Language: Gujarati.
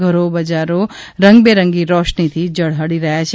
ઘરો બજારો રંગબેરંગી રોશની ઝળહળી રહ્યા છે